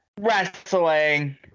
wrestling